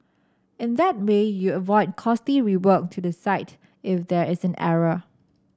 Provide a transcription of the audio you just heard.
in that way you avoid costly rework to the site if there is an error